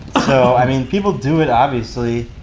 so, i mean, people do it obviously.